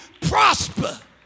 prosper